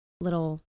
little